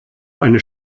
eine